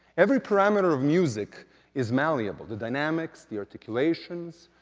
every parameter of music is malleable the dynamics, the articulations,